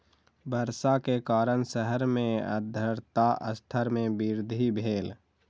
वर्षा के कारण शहर मे आर्द्रता स्तर मे वृद्धि भेल